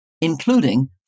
including